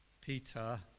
Peter